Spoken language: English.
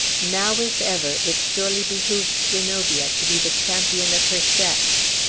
now, if ever, it surely behooved zenobia to be the champion of her sex.